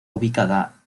ubicada